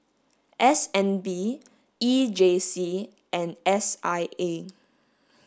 S N B E J C and S I A